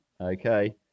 Okay